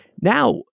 Now